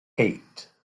eight